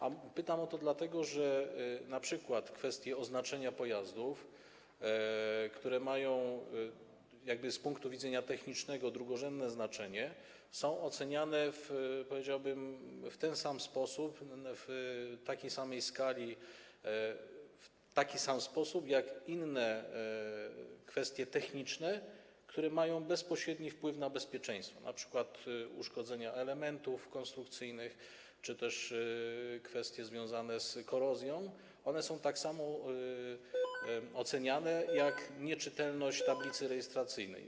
A pytam o to dlatego, że np. kwestie oznaczenia pojazdów, które mają z punktu widzenia technicznego drugorzędne znaczenie, są oceniane, powiedziałbym, w takiej samej skali, w taki sam sposób jak inne kwestie techniczne, które mają bezpośredni wpływ na bezpieczeństwo, np. uszkodzenia elementów konstrukcyjnych czy też kwestie związane z korozją - one są tak samo oceniane jak nieczytelność tablicy rejestracyjnej.